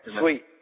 Sweet